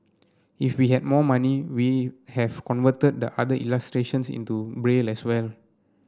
if we had more money we have converted the other illustrations into Braille as well